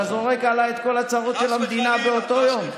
אתה זורק עליי את כל הצרות של המדינה באותו יום.